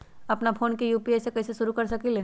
अपना फ़ोन मे यू.पी.आई सेवा कईसे शुरू कर सकीले?